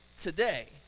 today